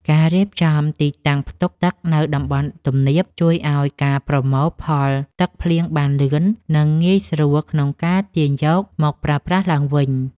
ការរៀបចំទីតាំងផ្ទុកទឹកនៅតំបន់ទំនាបជួយឱ្យការប្រមូលផលទឹកភ្លៀងបានលឿន និងងាយស្រួលក្នុងការទាញយកមកប្រើប្រាស់ឡើងវិញ។